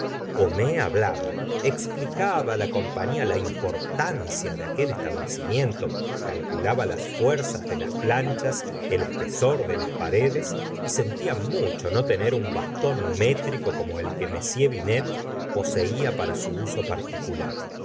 homais hablaba explicaba la compañía la importancia de aquel establecimiento calculaba las fuerzas de las planchas el espesor de las paredes y sentía mucho no tener un bastón métrico como el que m binet poseía para su uso particular emma que